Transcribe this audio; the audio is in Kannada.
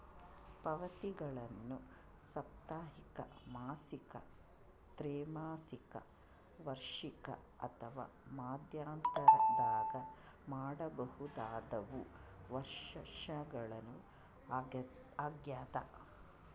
ಪಾವತಿಗಳನ್ನು ಸಾಪ್ತಾಹಿಕ ಮಾಸಿಕ ತ್ರೈಮಾಸಿಕ ವಾರ್ಷಿಕ ಅಥವಾ ಮಧ್ಯಂತರದಾಗ ಮಾಡಬಹುದಾದವು ವರ್ಷಾಶನಗಳು ಆಗ್ಯದ